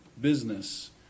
business